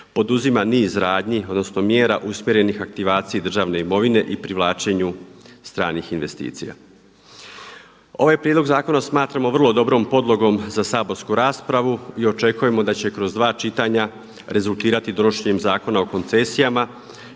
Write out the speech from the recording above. poduzima niz radnji odnosno mjera usmjerenih aktivaciji državne imovine i privlačenju stranih investicija. Ovaj prijedlog zakona smatramo vrlo dobrom podlogom za saborsku raspravu i očekujemo da će kroz dva čitanja rezultirati donošenjem Zakona o koncesijama